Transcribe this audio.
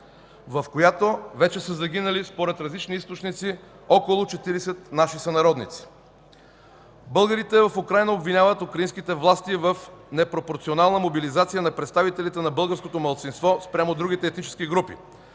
в която вече са загинали според различни източници около 40 наши сънародници. Българите в Украйна обвиняват украинските власти в непропорционална мобилизация на представителите на българското малцинство спрямо другите етнически групи,